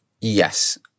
Yes